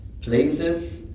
places